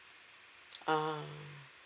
um